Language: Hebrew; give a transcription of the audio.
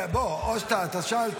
בוא, אתה שאלת.